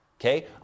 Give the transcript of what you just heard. Okay